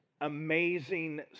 amazing